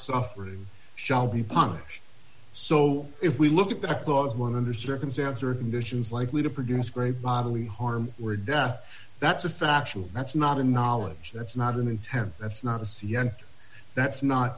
suffering shall be punished so if we look at the one under circumstance or conditions likely to produce great bodily harm or death that's a factual that's not a knowledge that's not an intent that's not a c and that's not